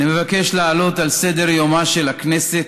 אני מבקש להעלות על סדר-יומה של הכנסת